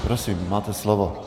Prosím, máte slovo.